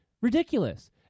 ridiculous